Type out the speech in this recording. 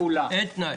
אין פה התניה.